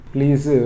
Please